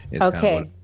okay